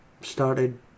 started